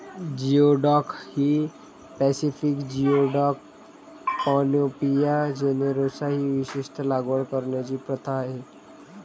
geoduck ही Pacific geoduck, panopea generosa ही विशेषत लागवड करण्याची प्रथा आहे